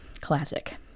Classic